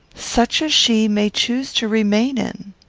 such as she may choose to remain in.